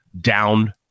down